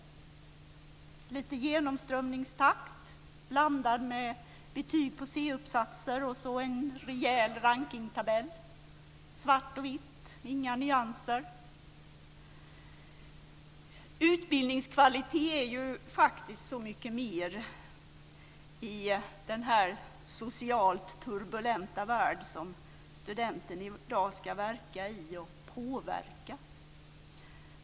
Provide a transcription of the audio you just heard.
Det är lite genomströmningstakt blandad med betyg på C uppsatser och så en rejäl rankningstabell. Det är svart och vitt och inga nyanser. Utbildningskvalitet är faktiskt så mycket mer i den socialt turbulenta värld studenten i dag ska verka i och påverka.